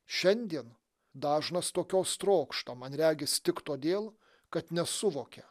šiandien dažnas tokios trokšta o man regis tik todėl kad nesuvokia